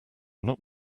not